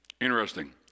Interesting